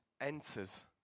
enters